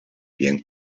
bien